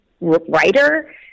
writer